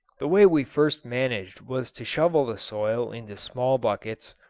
the way we first managed was to shovel the soil into small buckets,